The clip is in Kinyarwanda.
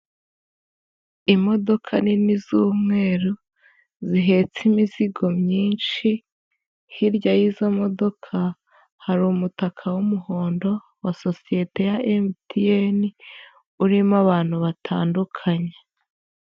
Imodoka nini z'umweru, zihetse imizigo myinshi, hirya y'izo modoka hari umutaka w'umuhondo wa sosiyete ya Emutiyeni urimo abantu batandukanye.